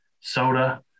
soda